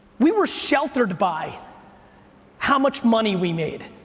we were sheltered by how much money we made.